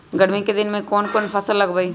गर्मी के दिन में कौन कौन फसल लगबई?